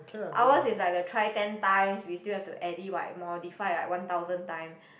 our is like the try ten times we still have to edit what modify like one thousand time